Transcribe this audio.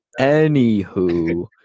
anywho